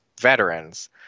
veterans